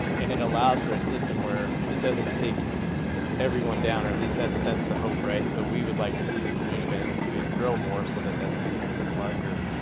and it allows for a system where it doesn't take everyone down, or at least that's, that's the hope, right? so we would like to see the community banking space grow more so that that's even a larger